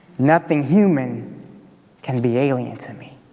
nothing human can be alien to me